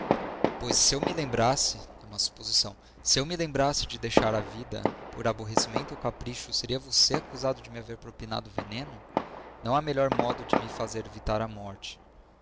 pois se eu me lembrasse é uma suposição se eu me lembrasse de deixar a vida por aborrecimento ou capricho seria você acusado de me haver propinado o veneno não há melhor modo de me fazer evitar a morte